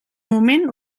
moment